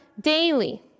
daily